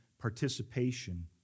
participation